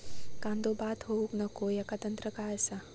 कांदो बाद होऊक नको ह्याका तंत्र काय असा?